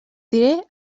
diré